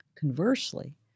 Conversely